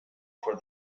for